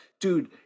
dude